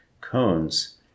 cones